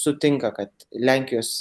sutinka kad lenkijos